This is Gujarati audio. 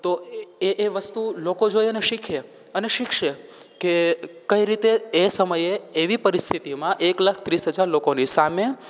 તો એ એ વસ્તુ લોકો જોઈ અને શીખે અને શિખશે કે કઈ રીતે એ સમયે એવી પરિસ્થિતિમાં એક લાખ ત્રીસ હજાર લોકોની સામે